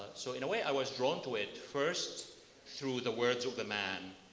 so in a way i was drawn to it first through the words the man,